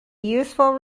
useful